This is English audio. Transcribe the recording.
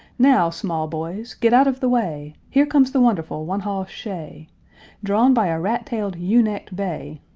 now, small boys, get out of the way! here comes the wonderful one-hoss-shay, drawn by a rat-tailed, ewe-necked bay.